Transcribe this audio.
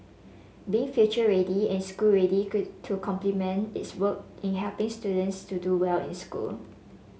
being future ready and school ready could to complement its work in helping students to do well in school